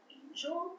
angel